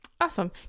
Awesome